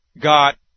got